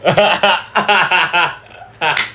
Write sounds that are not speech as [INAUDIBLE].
[LAUGHS]